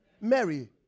Mary